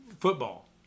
football